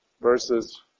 versus